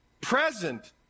present